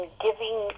giving